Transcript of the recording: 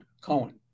Cohen